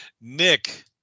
Nick